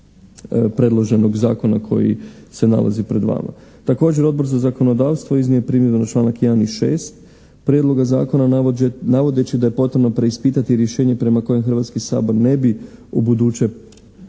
predloženog zakona koji se nalazi pred vama. Također Odbor za zakonodavstvo iznio je primjedbu na članak 1. i 6. Prijedloga zakona navodeći da je potrebno preispitati rješenje prema kojem Hrvatski sabor ne bi ubuduće